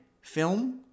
film